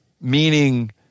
Meaning